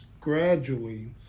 Gradually